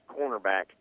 cornerback